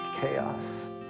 chaos